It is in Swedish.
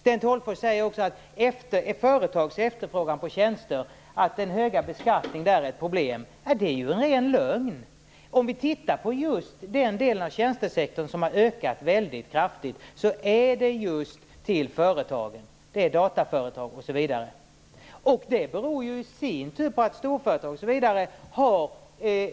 Sten Tolgfors säger också att den höga beskattningen är ett problem för företags efterfrågan på tjänster. Det är ju en ren lögn! En del av tjänstesektorn som har ökat väldigt kraftigt är just den som vänder sig till företagen - dataföretag osv. Det beror i sin tur på att storföretag osv. har